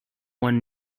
one